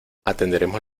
atenderemos